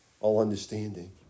all-understanding